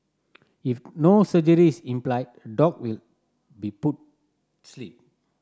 if no surgery is implied dog will be put sleep